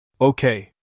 Okay